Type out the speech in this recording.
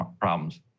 problems